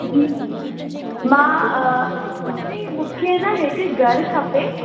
जी मां एक्चुअली मूंखे न हिकु घरु खपे